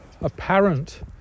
apparent